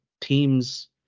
teams